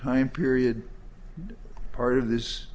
time period part of his